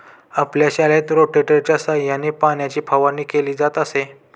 आपल्या शाळेत रोटेटरच्या सहाय्याने पाण्याची फवारणी केली जात असे